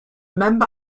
member